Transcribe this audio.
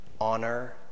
honor